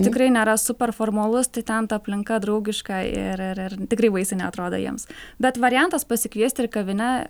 tikrai nėra super formalus tai ten ta aplinka draugiška ir ir ir tikrai baisiai neatrodo jiems bet variantas pasikviest ir į kavinę